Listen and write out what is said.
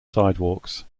sidewalks